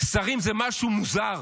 שרים הם משהו מוזר.